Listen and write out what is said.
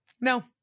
No